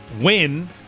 win